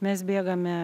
mes bėgame